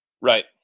Right